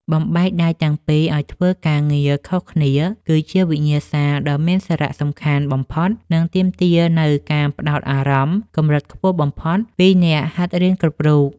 បំបែកដៃទាំងពីរឱ្យធ្វើការងារខុសគ្នាគឺជាវិញ្ញាសាដ៏មានសារៈសំខាន់បំផុត និងទាមទារនូវការផ្ដោតអារម្មណ៍កម្រិតខ្ពស់បំផុតពីអ្នកហាត់រៀនគ្រប់រូប។